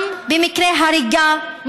גם במקרה הריגה,